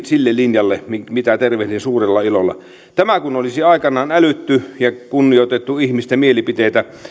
sille linjalle mitä tervehdin suurella ilolla tämä kun olisi aikanaan älytty ja kunnioitettu ihmisten mielipiteitä